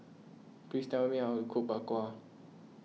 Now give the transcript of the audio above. please tell me how to cook Bak Kwa